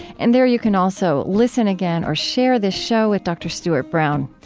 and there you can also listen again or share this show with dr. stuart brown.